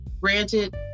granted